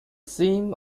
theme